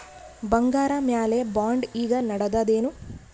ಬಂಗಾರ ಮ್ಯಾಲ ಬಾಂಡ್ ಈಗ ನಡದದೇನು?